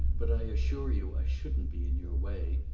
but i assure you i shouldn't be in your way.